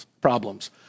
problems